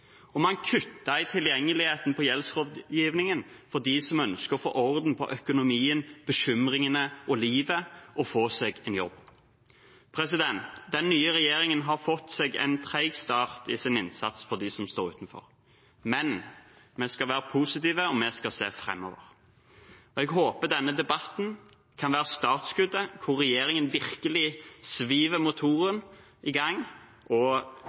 Man kuttet i tilgjengeligheten på gjeldsrådgivningen for dem som ønsker å få orden på økonomien, bekymringene og livet og få seg en jobb. Den nye regjeringen har fått en treg start på sin innsats for dem som står utenfor, men vi skal være positive, og vi skal se framover. Jeg håper denne debatten kan være startskuddet, hvor regjeringen virkelig sveiver motoren i gang og